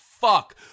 Fuck